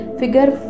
figure